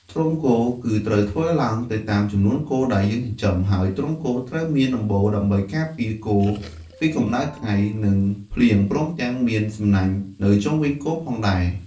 ទ្រុងគោគឺត្រូវធ្វើទៅតាមចំនួនគោដែលយើងចិញ្ចឹម ហើយទ្រុងគោត្រូវមានដំបូលដើម្បីការពារគោពីកម្ដៅថ្ងៃ និងភ្លៀង ព្រមទាំងមានសំណាញនៅជុំវិញទ្រង់គោផងដែរ។